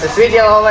video! like